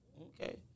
Okay